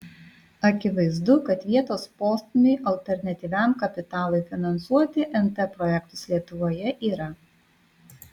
akivaizdu kad vietos postūmiui alternatyviam kapitalui finansuoti nt projektus lietuvoje yra